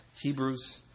Hebrews